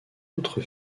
autres